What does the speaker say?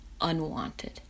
unwanted